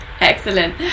Excellent